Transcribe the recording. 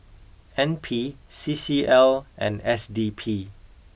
N P C C L and S D P